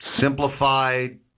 simplified